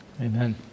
Amen